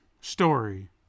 story